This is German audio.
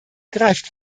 greift